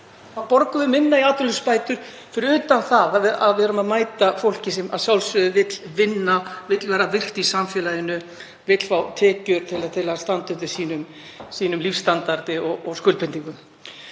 þá borgum við minna í atvinnuleysisbætur fyrir utan það að við erum að mæta fólki sem að sjálfsögðu vill vinna, vill vera virkt í samfélaginu, vill fá tekjur til að standa undir sínum lífsstandardi og skuldbindingum.